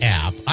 app